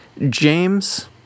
James